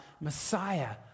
Messiah